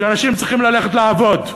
שאנשים צריכים ללכת לעבוד.